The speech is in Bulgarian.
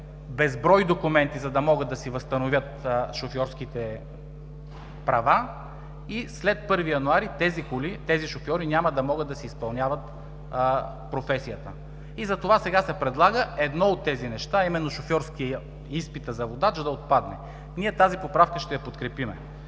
безброй документи, за да могат да си възстановят шофьорските права и след 1 януари тези шофьори няма да могат да си изпълняват професията. И затова сега се предлага едно от тези неща, а именно изпита за водач да отпадне. Ние тази поправка ще я подкрепим,